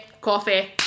coffee